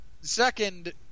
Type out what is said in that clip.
Second